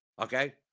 okay